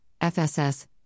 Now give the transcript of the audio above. FSS